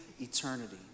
eternity